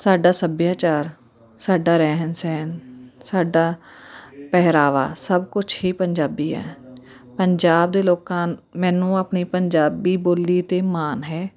ਸਾਡਾ ਸੱਭਿਆਚਾਰ ਸਾਡਾ ਰਹਿਣ ਸਹਿਣ ਸਾਡਾ ਪਹਿਰਾਵਾ ਸਭ ਕੁਛ ਹੀ ਪੰਜਾਬੀ ਹੈ ਪੰਜਾਬ ਦੇ ਲੋਕਾਂ ਮੈਨੂੰ ਆਪਣੀ ਪੰਜਾਬੀ ਬੋਲੀ 'ਤੇ ਮਾਣ ਹੈ